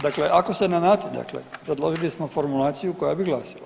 Dakle, ako se na, dakle predložili smo formulaciju koja bi glasila.